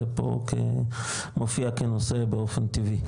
זה פה מופיע כנושא באופן טבעי,